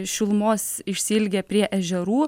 šilumos išsiilgę prie ežerų